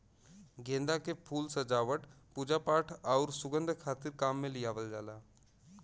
गेंदा के फूल सजावट, पूजापाठ आउर सुंगध खातिर काम में लियावल जाला